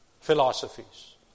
philosophies